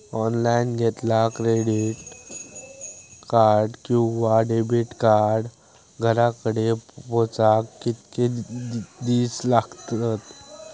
Online घेतला credit card किंवा debit card घराकडे पोचाक कितके दिस लागतत?